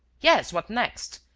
yes, what next.